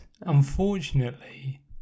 unfortunately